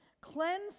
cleanse